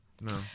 No